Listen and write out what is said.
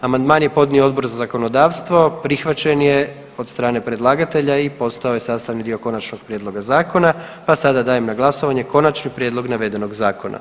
Amandman je podnio Odbor za zakonodavstvo, prihvaćen je od strane predlagatelja i postao je sastavni dio konačnog prijedloga zakona pa sada dajem na glasovanje konačni prijedlog navedenog zakona.